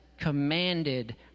commanded